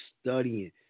studying